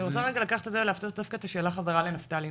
אני רוצה רגע לקחת את זה ולהפנות דווקא את השאלה בחזרה לנפתלי.